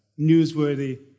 newsworthy